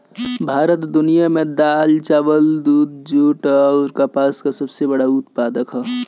भारत दुनिया में दाल चावल दूध जूट आउर कपास का सबसे बड़ा उत्पादक ह